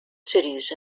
cities